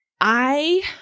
I-